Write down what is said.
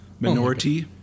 Minority